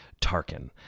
Tarkin